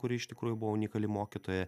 kuri iš tikrųjų buvo unikali mokytoja